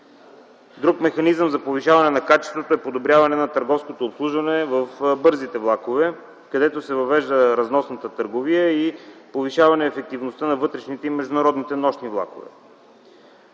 Друг механизъм за повишаването на качеството е подобряването на търговското обслужване в бързите влакове, където се въвежда разносната търговия, и повишаване ефективността на вътрешните и международните нощни влакове.